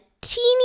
teeny